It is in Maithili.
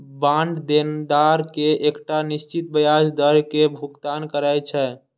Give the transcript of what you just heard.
बांड देनदार कें एकटा निश्चित ब्याज दर के भुगतान करै छै